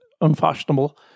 unfashionable